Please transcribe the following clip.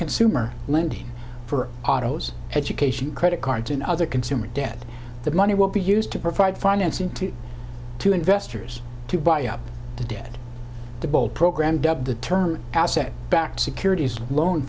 consumer lending for autos education credit cards and other consumer debt the money will be used to provide financing to to investors to buy up the dead bolt program dubbed the term asset backed securities loan